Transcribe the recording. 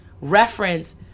reference